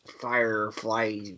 firefly